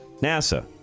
NASA